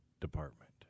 Department